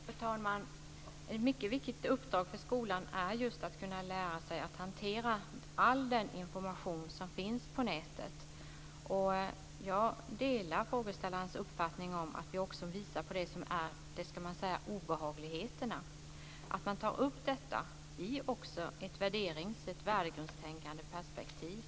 Fru talman! Ett mycket viktigt uppdrag för skolan är just att lära sig att hantera all den information som finns på nätet. Jag delar frågeställarens uppfattning att vi också ska visa på obehagligheterna. Man ska ta upp detta också i ett värderings och värdegrundstänkandeperspektiv.